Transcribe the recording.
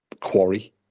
quarry